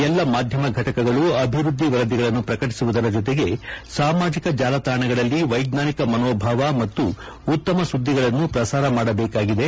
ಎಲ್ಲಾ ಮಾಧ್ಯಮ ಘಟಕಗಳು ಅಭಿವೃದ್ಧಿ ವರದಿಗಳನ್ನು ಪ್ರಕಟಿಸುವುದರ ಜೊತೆಗೆ ಸಾಮಾಜಕ ಜಾಲತಾಣಗಳಲ್ಲಿ ವೈಜ್ವಾನಿಕ ಮನೋಭಾವ ಮತ್ತು ಉತ್ತಮ ಸುದ್ದಿಗಳನ್ನು ಪ್ರಸಾರ ಮಾಡಬೇಕಾಗಿದೆ